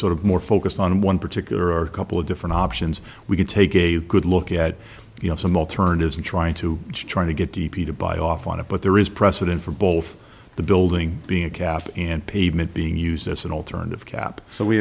sort of more focused on one particular couple of different options we can take a good look at you know some alternatives and trying to trying to get d p to buy off on it but there is precedent for both the building being a cap and pavement being used as an alternative cap so we